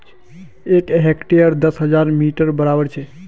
एक हेक्टर दस हजार वर्ग मिटरेर बड़ाबर छे